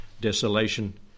desolation